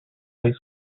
high